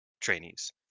trainees